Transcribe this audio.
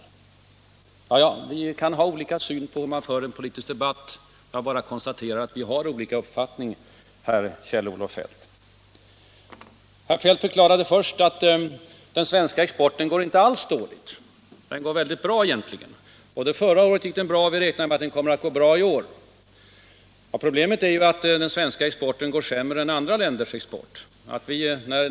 Vi kan ha olika syn på hur man för en politisk debatt. Jag konstaterar att vi har olika uppfattningar, Kjell Olof Feldt. Herr Feldt förklarade först att den svenska exporten inte alls går dåligt utan egentligen väldigt bra. Förra året gick den bra och vi räknar med att den skall göra detsamma i år. Men problemet är att den svenska exporten går sämre än andra länders export.